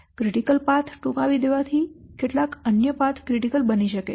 critical path ટૂંકાવી દેવાથી કેટલાક અન્ય પાથ ક્રિટિકલ બની શકે છે